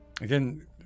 Again